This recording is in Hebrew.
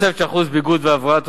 תוספת של 1% ביגוד והבראה,